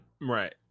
right